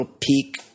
peek